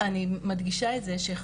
אני מדגישה את זה,